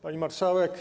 Pani Marszałek!